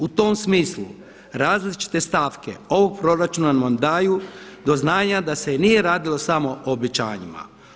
U tom smislu različite stavke ovog proračuna vam daju do znanja da se nije radilo samo o obećanjima.